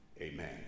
amen